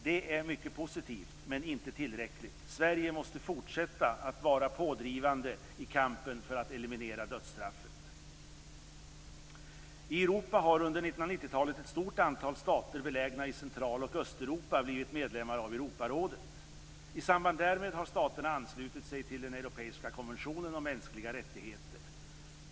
Det är mycket positivt men inte tillräckligt. Sverige måste fortsätta att vara pådrivande i kampen för att eliminera dödsstraffet. I Europa har under 1990-talet ett stort antal stater belägna i Central och Östeuropa blivit medlemmar av Europarådet. I samband därmed har staterna anslutit sig till den europeiska konventionen om mänskliga rättigheter.